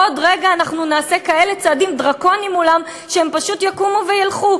עוד רגע אנחנו נעשה כאלה צעדים דרקוניים מולם שהם פשוט יקומו וילכו.